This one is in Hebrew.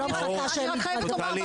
ולא מחכה שהם יתבגרו.